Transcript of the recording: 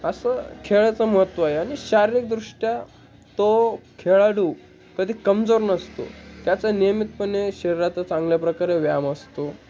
असं खेळाचं महत्त्व आहे आणि शारीरिकदृष्ट्या तो खेळाडू कधी कमजोर नसतो त्याचा नियमितपणे शरीराचा चांगल्या प्रकारे व्यायाम असतो